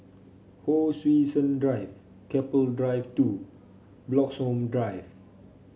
Hon Sui Sen Drive Keppel Drive Two Bloxhome Drive